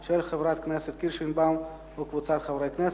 של חברת הכנסת קירשנבאום וקבוצת חברי הכנסת,